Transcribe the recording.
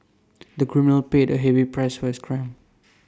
the criminal paid A heavy price for his crime